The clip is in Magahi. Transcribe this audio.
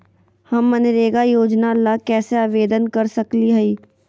हम मनरेगा योजना ला कैसे आवेदन कर सकली हई?